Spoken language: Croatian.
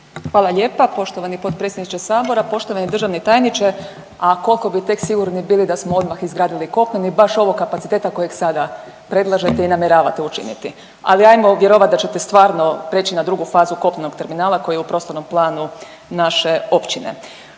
Hvala lijepa. Poštovani potpredsjedniče Sabora, poštovani državni tajniče. A kolko bi tek sigurni bili da smo odmah izgradili kopneni, baš ovog kapaciteta kojeg sada predlažete i namjeravate učiniti. Ali ajmo vjerovat da ćete stvarno prijeći na drugu fazu kopnenog terminala koji je u prostornom planu naše općine.